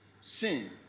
Sin